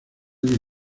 que